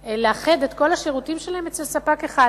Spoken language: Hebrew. גם לאחד את כל השירותים שלהם אצל ספק אחד.